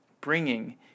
bringing